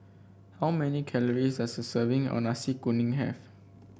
how many calories does a serving of Nasi Kuning have